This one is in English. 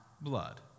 blood